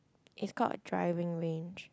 is called a driving range